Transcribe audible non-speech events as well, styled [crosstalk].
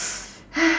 [noise]